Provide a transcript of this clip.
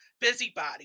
busybody